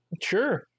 Sure